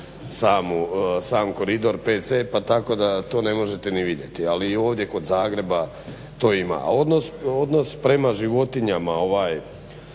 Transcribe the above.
sam koridor 5C pa tako da to ne možete ni vidjeti. Ali i ovdje kod Zagreba to ima. Odnos prema životinjama je